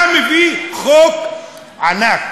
אתה מביא חוק ענק,